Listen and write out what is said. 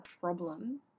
problem